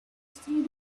through